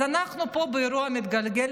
אז אנחנו פה באירוע מתגלגל.